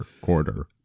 quarter